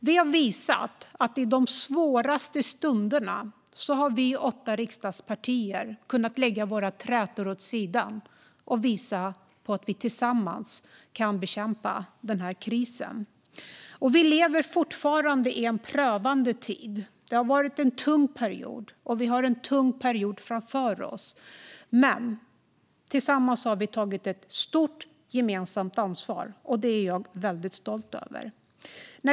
Vi har visat att i de svåraste stunderna har vi åtta riksdagspartier kunnat lägga våra trätor åt sidan och visat att vi tillsammans kan bekämpa krisen. Vi lever fortfarande i en prövande tid. Det har varit en tung period, och vi har en tung period framför oss. Men tillsammans har vi tagit ett stort gemensamt ansvar, och det är jag väldigt stolt över.